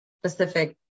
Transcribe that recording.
specific